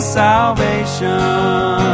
salvation